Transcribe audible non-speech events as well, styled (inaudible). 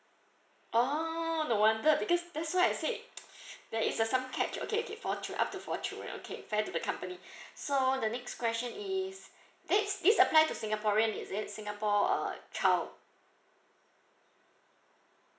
orh no wonder because that's why I said (noise) there is a some cap okay okay four children up to four children okay fair to the company (breath) so the next question is this this apply to singaporean is it singapore uh child